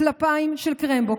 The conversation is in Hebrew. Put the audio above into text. "טלפיים של קרמבו",